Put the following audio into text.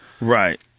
Right